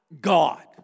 God